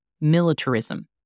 militarism